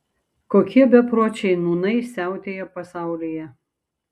kokie bepročiai nūnai siautėja pasaulyje